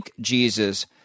Jesus